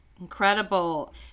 Incredible